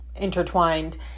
intertwined